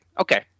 okay